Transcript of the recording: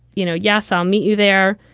you know, yes, i'll meet you there.